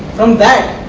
from that,